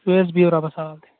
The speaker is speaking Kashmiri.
تُلِو حظ بِہِو رۄبَس حَوالہٕ تیٚلہِ